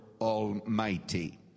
Almighty